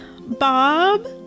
Bob